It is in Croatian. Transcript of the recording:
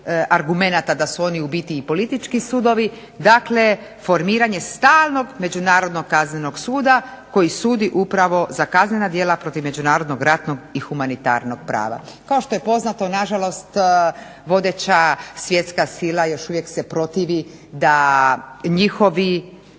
argumenata da su oni u biti i politički sudovi. Dakle, formiranje stalnog međunarodnog kaznenog suda koji sudi upravo za kaznena djela protiv međunarodnog ratnog i humanitarnog prava. Kao što je poznato nažalost, vodeća svjetska sila još uvijek se protivi da njihovi